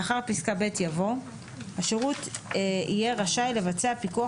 לאחר פסקה (ב) יבוא: "(ג) השירות יהיה רשאי לבצע פיקוח